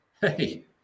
hey